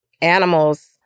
animals